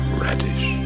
radish